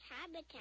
habitat